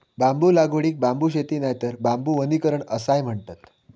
बांबू लागवडीक बांबू शेती नायतर बांबू वनीकरण असाय म्हणतत